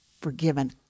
forgiven